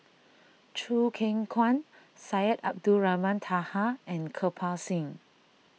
Choo Keng Kwang Syed Abdulrahman Taha and Kirpal Singh